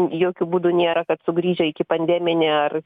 jokiu būdu nėra kad sugrįžę ikipandeminį ar